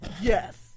Yes